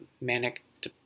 manic